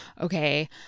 Okay